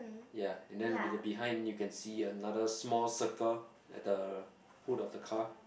ya and then the behind you can see another small circle at the hood of the car